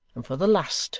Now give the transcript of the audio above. and for the last,